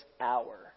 hour